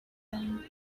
then